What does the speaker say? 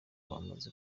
wamaze